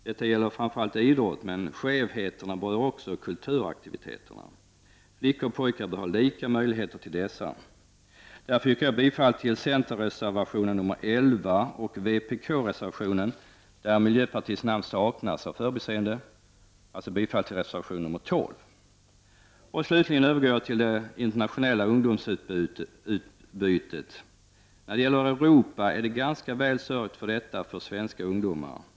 Detta gäller framför allt idrotten, men skevheten berör också kulturaktiviteterna. Flickor och pojkar bör ha lika möjligheter. Därför yrkar jag bifall till centerns reservation nr 11 och vpk:s reservation nr 12, där miljöpartiets namn saknas på grund av ett förbiseende. Slutligen vill jag övergå till det internationella ungdomsutbytet. När det gäller Europa är det ganska väl sörjt för detta för svenska ungdomar.